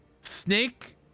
snake